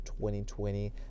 2020